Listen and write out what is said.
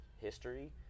history